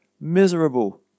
miserable